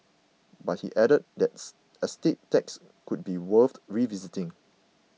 but he added that's estate tax could be worth revisiting